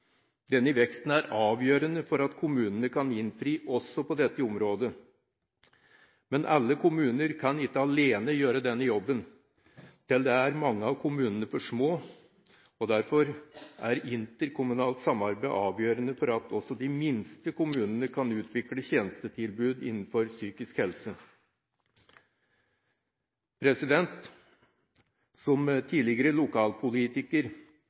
Denne veksten er avgjørende for at kommunene kan innfri også på dette området. Men alle kommuner kan ikke alene gjøre denne jobben. Til det er mange av kommunene for små, og derfor er interkommunalt samarbeid avgjørende for at også de minste kommunene kan utvikle tjenestetilbud innenfor psykisk helse. Som tidligere lokalpolitiker